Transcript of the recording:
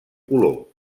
color